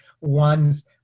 one's